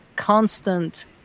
constant